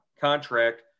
contract